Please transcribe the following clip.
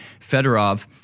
Fedorov